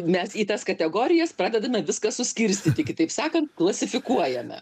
mes į tas kategorijas pradedame viską suskirstyti kitaip sakant klasifikuojame